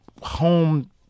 home